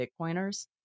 Bitcoiners